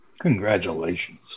Congratulations